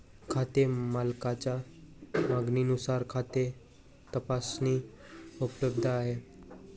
खाते मालकाच्या मागणीनुसार खाते तपासणी उपलब्ध आहे